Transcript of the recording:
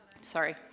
Sorry